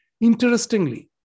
Interestingly